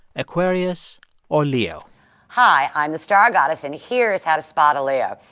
aquarius or leo hi. i'm the star goddess, and here's how to spot a leo.